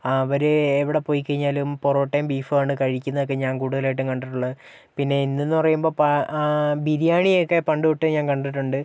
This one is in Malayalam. അവര് എവിടെ പോയിക്കഴിഞ്ഞാലും പൊറോട്ടയും ബീഫുമാണ് കഴിക്കുന്നത് ഞാന് കൂടുതലായിട്ടും കണ്ടിട്ടുള്ളത് പിന്നെ ഇന്ന് എന്ന് പറയുമ്പം ബിരിയാണിയൊക്കെ പണ്ടുതൊട്ട് ഞാന് കണ്ടിട്ടുണ്ട്